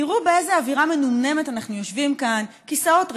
תראו באיזה אווירה מנומנמת אנחנו יושבים כאן: כיסאות ריקים,